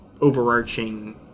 overarching